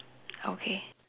okay